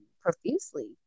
profusely